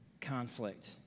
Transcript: conflict